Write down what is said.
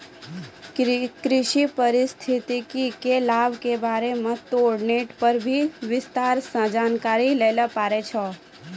कृषि पारिस्थितिकी के लाभ के बारे मॅ तोहं नेट पर भी विस्तार सॅ जानकारी लै ल पारै छौ